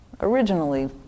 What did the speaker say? originally